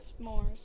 s'mores